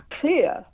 clear